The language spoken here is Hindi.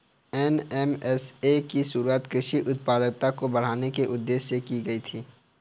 एन.एम.एस.ए की शुरुआत कृषि उत्पादकता को बढ़ाने के उदेश्य से की गई थी